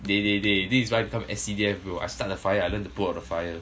dey dey dey this is why become S_C_D_F bro I start a fire I learn to put out the fire